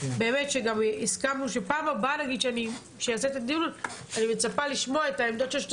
בדיון הבא אני מצפה לשמוע את העמדות של השלטון